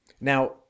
Now